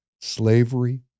Slavery